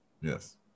Yes